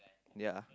ya